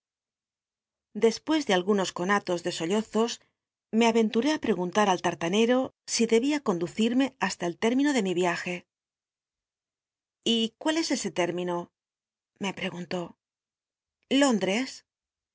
despues de algunos conatos de sollozos me arenturé íi preguntar al tal'tanel'o si dchia conducil'mc hasta el tétmino de mi iajc y cu i l es ese tél'mi no me preguntó